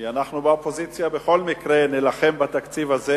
כי אנחנו באופוזיציה בכל מקרה נילחם בתקציב הזה,